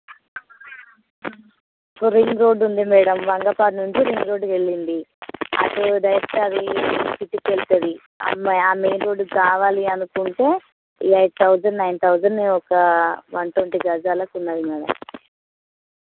ring road ఉంది madam Mangapadu నుండి ring రోడ్డుకెళ్ళింది అటు డైరెక్ట్ అది సిటీకి వెళ్తుంది ఆ మె ఆ మెయిన్ రోడ్డుకు కావాలి అనుకుంటే ఎయిట్ థౌజండ్ నైన్ థౌజండ్ ఒక వన్ ట్వంటీ గజాలకు ఉంది మేడం